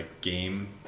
game